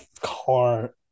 car